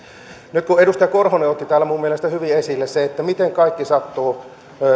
edustaja korhonen otti täällä minun mielestäni hyvin esille sen miten kaikki sattuu